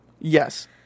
Yes